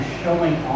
showing